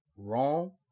Wrong